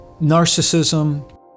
narcissism